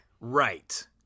Right